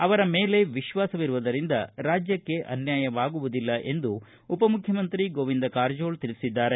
ಅವರ ಮೇಲೆ ವಿಶ್ವಾಸವಿರುವುದರಿಂದ ರಾಜ್ಯಕ್ಷೆ ಅನ್ಯಾಯವಾಗುವುದಿಲ್ಲ ಎಂದು ಉಪ ಮುಖ್ಣಮಂತ್ರಿ ಗೋವಿಂದ್ ಕಾರಜೋಳ ತಿಳಿಸಿದ್ದಾರೆ